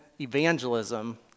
evangelism